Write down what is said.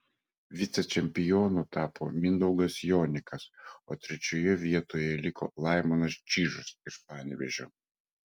vicečempionu tapo mindaugas jonikas o trečioje vietoje liko laimonas čyžas iš panevėžio